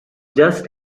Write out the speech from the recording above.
just